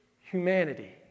humanity